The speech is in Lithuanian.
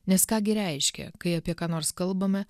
nes ką gi reiškia kai apie ką nors kalbame